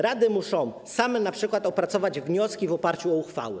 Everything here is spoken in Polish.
Rady muszą same np. opracować wnioski w oparciu o uchwały.